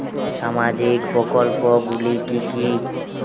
সামাজিক প্রকল্প গুলি কি কি?